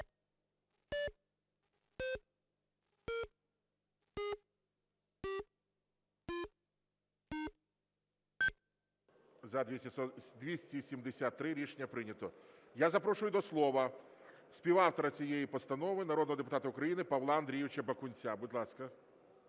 За-273 Рішення прийнято. Я запрошую слова співавтора цієї постанови народного депутата України Павла Андрійовича Бакунця. Будь ласка.